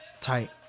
Tight